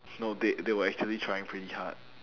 no they they were actually trying pretty hard